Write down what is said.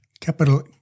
capital